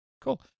Cool